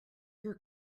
your